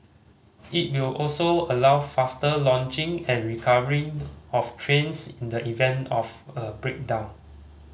it will also allow faster launching and recovery of trains in the event of a breakdown